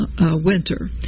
winter